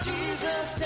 Jesus